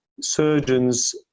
surgeons